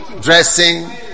dressing